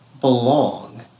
belong